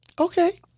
Okay